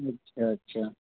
جی اچھا اچھا